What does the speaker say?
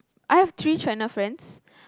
I've three China friends